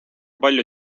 palju